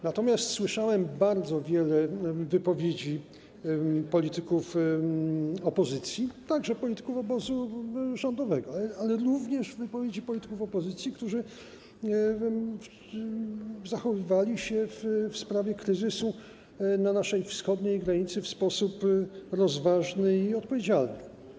Natomiast słyszałem bardzo wiele wypowiedzi polityków obozu rządowego, ale również wypowiedzi polityków opozycji, którzy zachowywali się w sprawie kryzysu na naszej wschodniej granicy w sposób rozważny i odpowiedzialny.